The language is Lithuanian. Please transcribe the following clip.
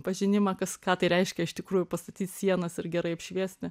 pažinimą kas ką tai reiškia iš tikrųjų pastatyt sienas ir gerai apšviesti